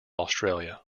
australia